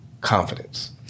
confidence